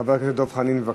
חבר הכנסת דב חנין, בבקשה.